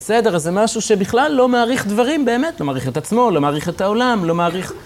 בסדר, אז זה משהו שבכלל לא מעריך דברים באמת, לא מעריך את עצמו, לא מעריך את העולם, לא מעריך...